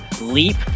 leap